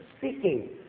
seeking